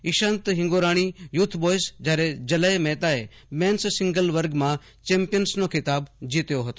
ઈશાન હિંગોરાણીએ youth boys જયારે જલય મહેતાએ મેન્સ સિંગલ્સ વર્ગમાં ચેમ્પીયન્સ ખિતાબ જીત્યો હતો